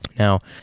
now,